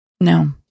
No